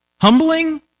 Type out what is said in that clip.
Humbling